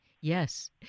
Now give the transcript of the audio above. Yes